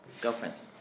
girlfriends